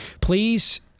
please